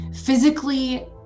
physically